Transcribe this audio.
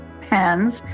hands